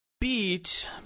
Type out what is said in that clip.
beat